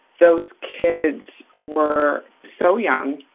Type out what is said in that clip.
those kids were so young,